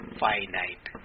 finite